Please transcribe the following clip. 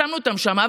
שמנו אותם בו,